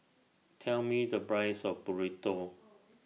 Tell Me The Price of Burrito